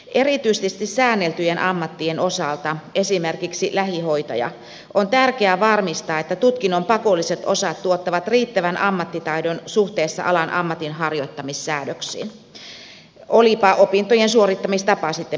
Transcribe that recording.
erityisesti säänneltyjen ammattien osalta esimerkiksi lähihoitaja on tärkeä varmistaa että tutkinnon pakolliset osat tuottavat riittävän ammattitaidon suhteessa alan ammatinharjoittamissäädöksiin olipa opintojen suorittamistapa sitten mikä tahansa